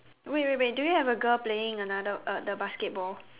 wait wait wait do you have a girl playing another uh the basketball